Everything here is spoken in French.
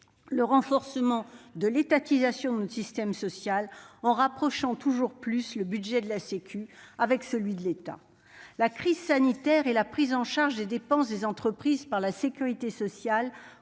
le renforcement de l'étatisation de notre système social en rapprochant toujours plus le budget de la « sécu » de celui de l'État. La crise sanitaire et la prise en charge des dépenses des entreprises par la sécurité sociale,